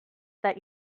that